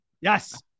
yes